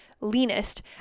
leanest